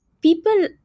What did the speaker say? people